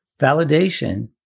validation